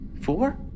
Four